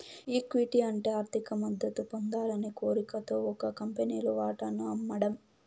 equity అంటే ఆర్థిక మద్దతు పొందాలనే కోరికతో ఒక కంపెనీలు వాటాను అమ్మడం